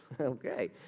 Okay